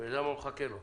אל תגיד לי חל"ת